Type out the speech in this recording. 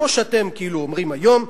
כמו שאתם כאילו אומרים היום,